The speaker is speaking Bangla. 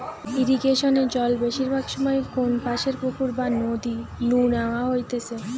ইরিগেশনে জল বেশিরভাগ সময় কোনপাশের পুকুর বা নদী নু ন্যাওয়া হইতেছে